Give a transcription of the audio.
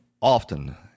Often